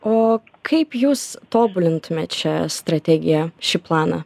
o kaip jūs tobulintumėt šią strategiją šį planą